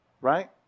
Right